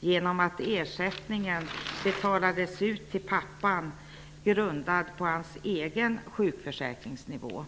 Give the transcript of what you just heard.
genom att ersättningen till pappan grundades på hans egen sjukförsäkringsnivå.